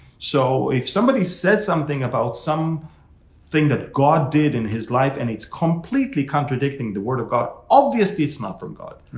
so if somebody said something about some thing that god did in his life, and it's completely contradicting the word of god, obviously it's not from god.